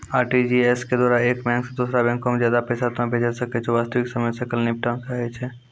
RTGS के द्वारा एक बैंक से दोसरा बैंको मे ज्यादा पैसा तोय भेजै सकै छौ वास्तविक समय सकल निपटान कहै छै?